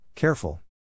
Careful